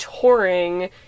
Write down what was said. touring